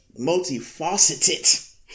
multifaceted